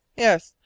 yes.